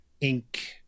ink